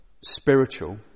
spiritual